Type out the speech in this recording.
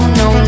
no